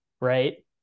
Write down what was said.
right